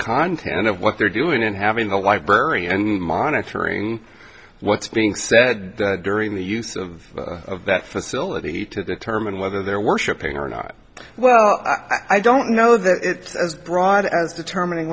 content of what they're doing and having a library and monitoring what's being said during the use of that facility to determine whether they're worshipping or not well i don't know that it's as broad as determining